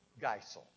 Geisel